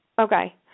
Okay